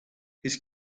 his